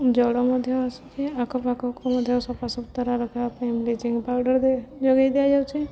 ଜଳ ମଧ୍ୟ ଆସୁଛିି ଆଖ ପାାଖକୁ ମଧ୍ୟ ସଫା ସୁୁତୁରା ରଖିବା ପାଇଁ ବ୍ଲିଚିଙ୍ଗ ପାଉଡ଼ର୍ ଯୋଗେଇ ଦିଆଯାଉଚି